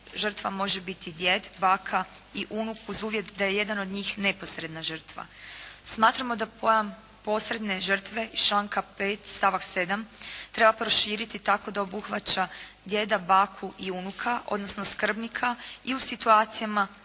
posredna žrtva može biti djed, baka i unuk uz uvjet da je jedan od njih neposredna žrtva. Smatramo da pojam posredne žrtve iz članka 5. stavak 7. treba proširiti tako da obuhvaća djeda, baku i unuka, odnosno skrbnika i u situacijama kad